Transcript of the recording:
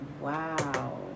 Wow